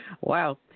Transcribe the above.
Wow